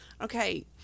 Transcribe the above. okay